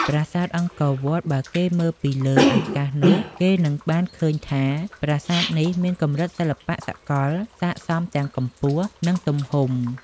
ប្រាសាទអង្គរវត្ត បើគេមើលពីលើ អាកាសនោះ គេនឹងបានឃើញថា ប្រាសាទនេះមានកម្រិតសិល្បៈសកល ស័ក្តិសមទាំងកម្ពស់ និង ទំហំ។